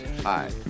Hi